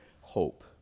hope